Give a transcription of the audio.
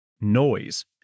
Noise